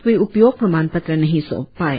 वे उपयोग प्रमाण पत्र नही सौंप पाये